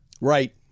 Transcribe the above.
right